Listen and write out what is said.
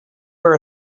where